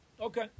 Okay